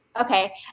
Okay